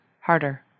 harder